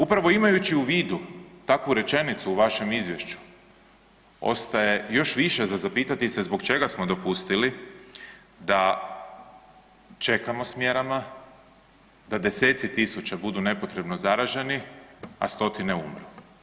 Upravo imajući u vidu takvu rečenicu u vašem izvješću ostaje još više za zapitati se zbog čega smo dopustili da čekamo s mjerama, da deseci tisuća budu nepotrebno zaraženi, a stotine umru.